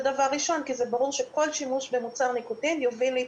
זה דבר ראשון כי זה ברור שכל שימוש במוצר ניקוטין יביא להתמכרות.